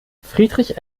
friedrich